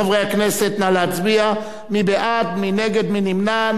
חברי הכנסת, נא להצביע, מי בעד, מי נגד, מי נמנע?